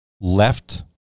left